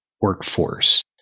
workforce